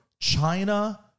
China